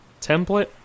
template